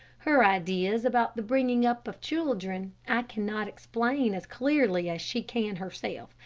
her ideas about the bringing up of children i cannot explain as clearly as she can herself,